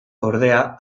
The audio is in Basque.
ordea